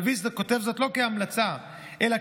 הנביא כותב זאת לא כהמלצה אלא